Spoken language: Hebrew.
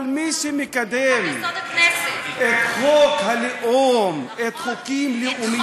אבל מי שמקדם את חוק הלאום וחוקים לאומיים, נכון.